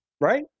Right